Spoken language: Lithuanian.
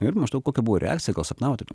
ir maždaug kokia buvo reakcija gal sapnavote